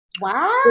Wow